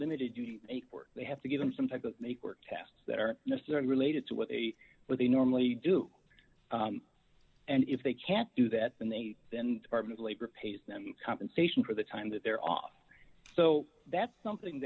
word they have to give them some time to make work tasks that aren't necessarily related to what they what they normally do and if they can't do that then they then part of labor pays them compensation for the time that they're off so that's something